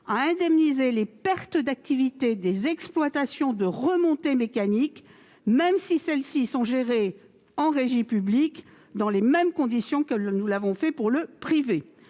a indemnisé les pertes d'activité des exploitations de remontées mécaniques, même si celles-ci sont gérées en régie publique, dans les mêmes conditions que nous l'avons fait pour le privé.